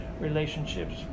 relationships